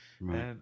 Right